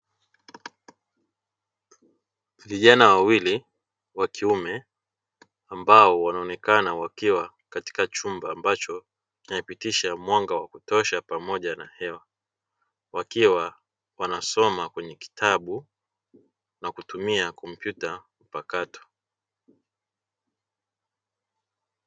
Vijana wawili wakiume ambao wanaonekana katika chumba ambacho kinapitisha mwanga wa kutosha pamoja na hewa, wakiwa wanasoma kwenye kitabu na kutumia kompyuta mpakato.